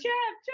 Jeff